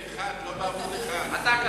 זה מתחיל מעמוד 601, לא בעמוד 1. אתה קראת?